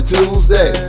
Tuesday